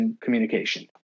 communication